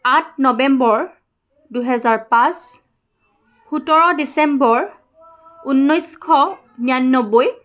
আঠ নৱেম্বৰ দুহেজাৰ পাঁচ সোতৰ ডিচেম্বৰ ঊনৈছশ নিৰান্নব্বৈ